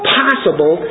possible